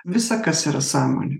visa kas yra sąmonė